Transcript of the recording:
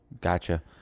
Gotcha